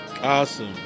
Awesome